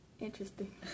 interesting